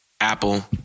Apple